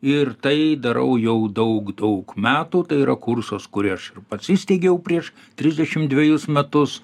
ir tai darau jau daug daug metų tai yra kursas kurį aš pats įsteigiau prieš trisdešim dvejus metus